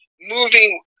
moving